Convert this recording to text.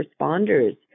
responders